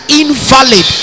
invalid